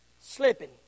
Slipping